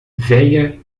venha